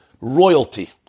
royalty